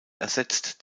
ersetzt